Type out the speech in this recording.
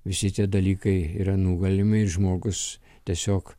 visi tie dalykai yra nugalimi ir žmogus tiesiog